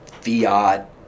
fiat